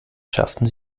schafften